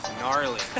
gnarly